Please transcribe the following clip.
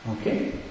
Okay